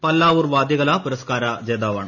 പല്ലാവൂർ വാദ്യകലാ പുരസ്ക്കാര ജേതാവാണ്